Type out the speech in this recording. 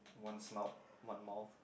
one snout one mouth